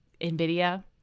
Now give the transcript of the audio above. NVIDIA